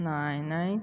ନାଇଁ ନାଇଁ